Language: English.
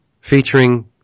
featuring